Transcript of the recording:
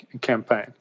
campaign